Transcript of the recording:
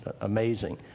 amazing